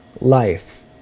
life